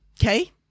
okay